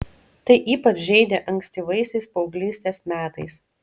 tai ypač žeidė ankstyvaisiais paauglystės metais